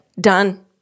Done